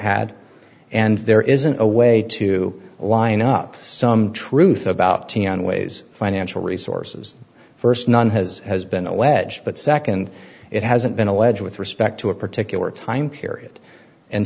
had and there isn't a way to line up some truth about on ways financial resources first none has been alleged but second it hasn't been alleged with respect to a particular time period and